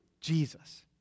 Jesus